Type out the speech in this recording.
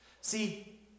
See